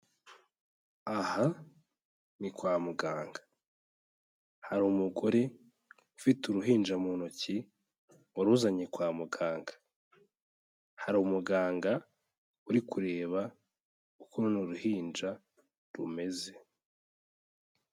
Aha ni kwa muganga, hari umugore ufite uruhinja mu ntoki, waruzanye kwa muganga, hari umuganga uri kureba uko runo ruhinja rumeze.